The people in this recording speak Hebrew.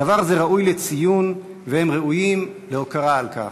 דבר זה ראוי לציון, והם ראויים להוקרה על כך.